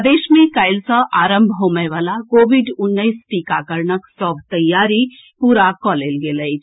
प्रदेश मे काल्हि सँ आरंभ होबयवला कोविड उन्नैस टीकाकरणक सभ तैयारी पूरा कऽ लेल गेल अछि